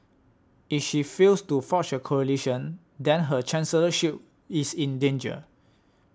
if she fails to forge a coalition then her chancellorship is in danger